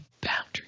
boundaries